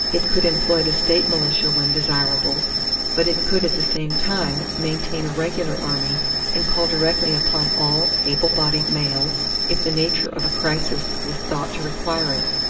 it could employ the state militia when desirable but it could at the same time maintain a regular army and call directly upon all able-bodied males if the nature of a crisis was thought to require it.